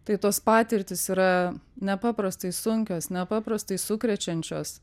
tai tos patirtys yra nepaprastai sunkios nepaprastai sukrečiančios